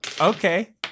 Okay